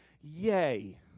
Yay